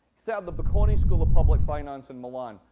set up the bocconi school of public finance in milan.